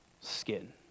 skin